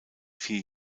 vier